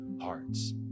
hearts